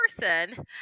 person